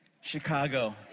chicago